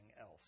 else